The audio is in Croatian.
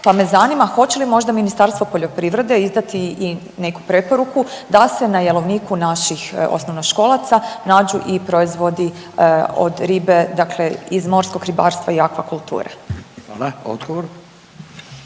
pa me zanima hoće li možda Ministarstvo poljoprivrede izdati i neku preporuku da se na jelovniku naših osnovnoškolaca nađu i proizvodi od ribe, dakle iz morskog ribarstva i akvakulture? **Radin,